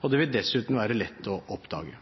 og det vil dessuten være lett å oppdage.